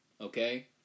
Okay